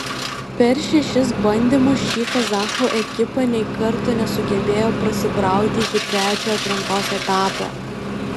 per šešis bandymus ši kazachų ekipa nei karto nesugebėjo prasibrauti iki trečiojo atrankos etapo